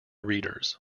readers